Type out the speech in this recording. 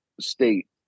state